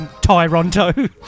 Toronto